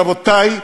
רבותי,